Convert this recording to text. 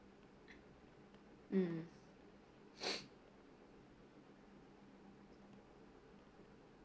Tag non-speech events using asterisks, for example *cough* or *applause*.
mm *breath*